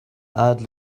add